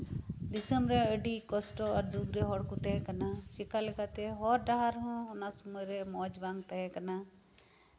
ᱫᱤᱥᱚᱢ ᱨᱮ ᱟᱹᱰᱤ ᱠᱚᱥᱴᱚ ᱮᱨ ᱫᱩᱠ ᱨᱮ ᱦᱚᱲ ᱠᱚ ᱛᱟᱦᱮᱸ ᱠᱟᱱᱟ ᱪᱮᱠᱟᱞᱮᱠᱟ ᱛᱮ ᱦᱚᱨᱼᱰᱟᱦᱟᱨ ᱦᱚᱸ ᱚᱱᱟ ᱥᱚᱢᱚᱭ ᱨᱮ ᱢᱚᱸᱡ ᱵᱟᱝ ᱛᱟᱦᱮᱸ ᱠᱟᱱᱟ